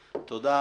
בעלות.